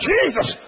Jesus